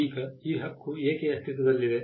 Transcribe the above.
ಈಗ ಈ ಹಕ್ಕು ಏಕೆ ಅಸ್ತಿತ್ವದಲ್ಲಿದೆ